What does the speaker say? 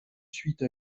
suite